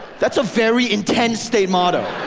that's a very intense state motto.